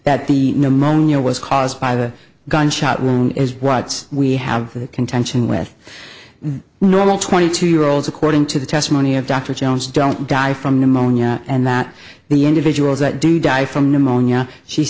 that the pneumonia was caused by the gunshot wound is what we have that contention with normal twenty two year olds according to the testimony of dr jones don't die from pneumonia and that the individuals that do die from pneumonia she